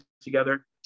together